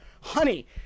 honey